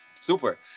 Super